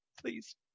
Please